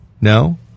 No